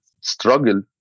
struggle